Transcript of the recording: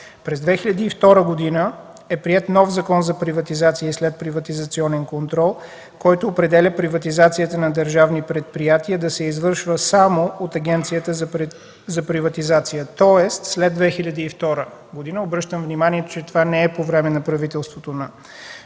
През 2002 г. е приет нов Закон за приватизация и следприватизационен контрол, който определя приватизацията на държавни предприятия да се извършва само от Агенцията за приватизация. Тоест след 2002 г. – обръщам внимание, че това не е по време на правителството на